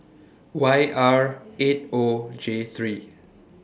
Y R eight O J three